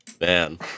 Man